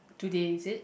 today is it